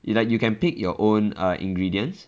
like you can pick your own err ingredients